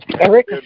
Eric